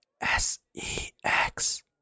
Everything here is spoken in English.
S-E-X